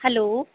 hello